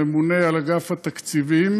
הממונה על אגף התקציבים,